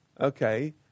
Okay